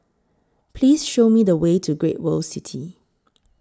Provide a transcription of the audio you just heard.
Please Show Me The Way to Great World City